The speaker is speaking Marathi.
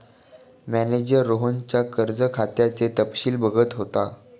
मॅनेजर रोहनच्या कर्ज खात्याचे तपशील बघत होता